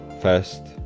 first